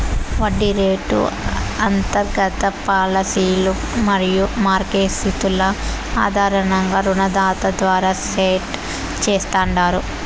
వడ్డీ రేటు అంతర్గత పాలసీలు మరియు మార్కెట్ స్థితుల ఆధారంగా రుణదాత ద్వారా సెట్ చేస్తాండారు